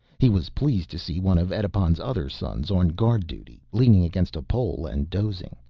he was pleased to see one of edipon's other sons on guard duty, leaning against a pole and dozing.